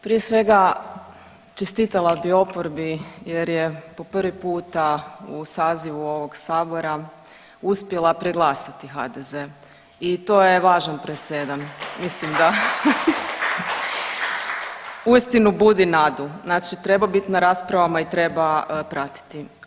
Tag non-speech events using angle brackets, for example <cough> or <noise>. Prije svega, čestitala bi oporbi jer je po prvi puta u sazivu ovog Sabora uspjela preglasati HDZ i to je važan presedan, mislim da <applause> uistinu budi nadu, znači treba biti na raspravama i treba pratiti.